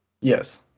Yes